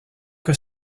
que